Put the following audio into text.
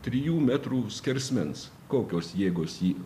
trijų metrų skersmens kokios jėgos jį